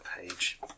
page